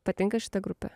patinka šita grupė